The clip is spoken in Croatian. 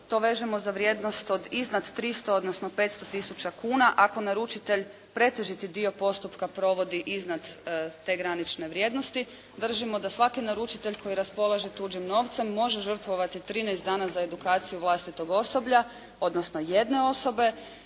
To vežemo za vrijednosti od iznad 300, odnosno 500 tisuća kuna, ako naručitelj pretežiti dio postupka provodi iznad te granične vrijednosti. Držimo da svaki naručitelj koji raspolaže tuđim novcem može žrtvovati 13 dana za edukaciju vlastitog osoblja, odnosno jedne osobe